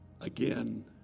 Again